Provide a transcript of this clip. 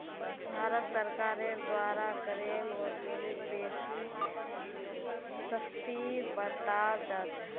भारत सरकारेर द्वारा करेर वसूलीत बेसी सख्ती बरताल जा छेक